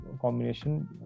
combination